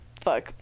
fuck